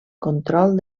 control